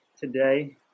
today